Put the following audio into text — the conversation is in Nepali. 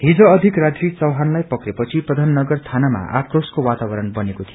हिज अधिक राती चौहानलाई पक्ने पछि प्रधाननगर यानामा आक्रोशब्रे वातावरण बरेको थियो